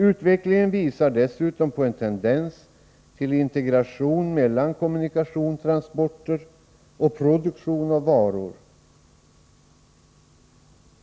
Utvecklingen visar dessutom på en tendens till integration mellan kommunikation/transporter och produktion av varor.